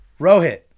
Rohit